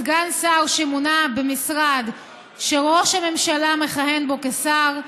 סגן שר שמונה במשרד שראש הממשלה מכהן בו כשר,